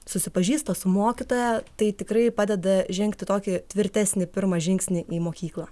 susipažįsta su mokytoja tai tikrai padeda žengti tokį tvirtesnį pirmą žingsnį į mokyklą